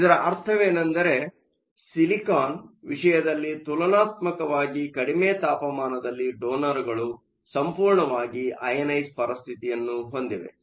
ಇದರ ಅರ್ಥವೇನೆಂದರೆ ಸಿಲಿಕಾನ್ ವಿಷಯದಲ್ಲಿ ತುಲನಾತ್ಮಕವಾಗಿ ಕಡಿಮೆ ತಾಪಮಾನದಲ್ಲಿ ಡೊನರ್ ಗಳು ಸಂಪೂರ್ಣವಾಗಿ ಅಯನೈಸ಼್ ಪರಿಸ್ಥಿತಿಯನ್ನು ಹೊಂದಿವೆ